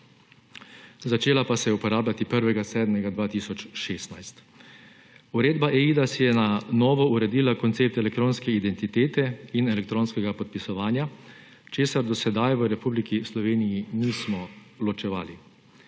začela pa se je uporabljati 1. 7. 2016. Uredba eIDAS je na novo uredila koncept elektronske identitete in elektronskega podpisovanja, česar do sedaj v Republiki Sloveniji nismo ločevali.